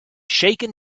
shaken